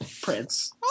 Prince